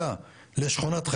שהיו צמודים לשכונה של